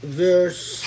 verse